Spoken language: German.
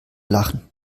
lachen